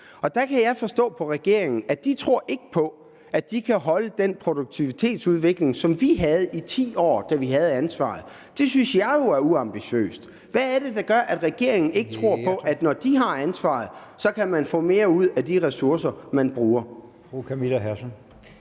Og der kan jeg forstå på regeringen, at de ikke tror på, at de kan holde den produktivitetsudvikling, som vi havde i de 10 år, da vi havde ansvaret. Det synes jeg jo er uambitiøst. Hvad er det, der gør, at regeringen ikke tror på, at når de har ansvaret, så kan man få mere ud af de ressourcer, man bruger?